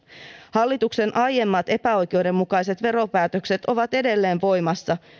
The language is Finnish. hallituksen aiemmat epäoikeudenmukaiset veropäätökset ovat edelleen voimassa